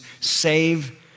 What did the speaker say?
save